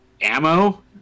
ammo